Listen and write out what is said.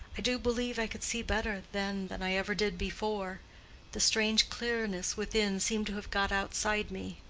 i do believe i could see better then than i ever did before the strange clearness within seemed to have got outside me.